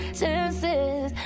chances